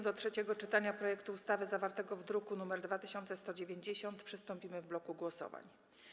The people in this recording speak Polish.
Do trzeciego czytania projektu ustawy, zawartego w druku nr 2190, przystąpimy w bloku głosowań.